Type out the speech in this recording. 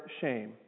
shame